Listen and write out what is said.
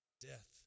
death